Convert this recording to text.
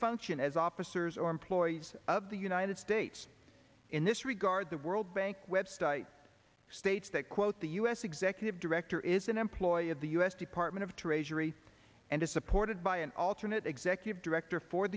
function as officers or employees of the united states in this regard the world bank website states that quote the us executive director is an employee of the us department of treasury and is supported by an alternate executive director for